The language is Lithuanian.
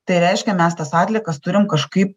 tai reiškia mes tas atliekas turim kažkaip